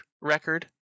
record